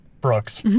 Brooks